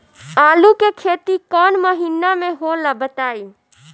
आलू के खेती कौन महीना में होला बताई?